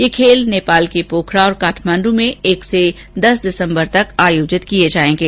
ये खेल नेपाल के पोखरा और काठमांडू में एक से दिस दिसम्बर तक आयोजित किए जाएंगे